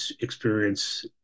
experience